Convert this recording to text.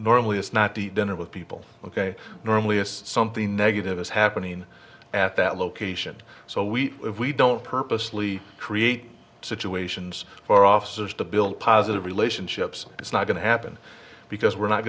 normally it's not to eat dinner with people ok normally if something negative is happening at that location so we we don't purposely create situations for officers to build positive relationships it's not going to happen because we're not